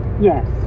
Yes